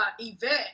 event